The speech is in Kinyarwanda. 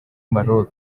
maroc